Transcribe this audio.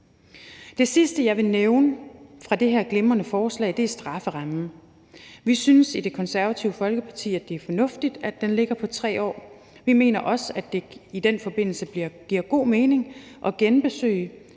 Det sidste, jeg vil nævne fra det her glimrende forslag, er strafferammen. Vi synes i Det Konservative Folkeparti, at det er fornuftigt, at den ligger på 3 år. Vi mener også, at det i den forbindelse giver god mening at genbesøge